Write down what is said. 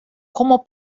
como